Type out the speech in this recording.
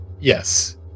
Yes